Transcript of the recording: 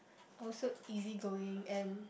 also easy going and